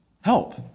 help